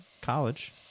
college